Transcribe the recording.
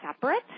separate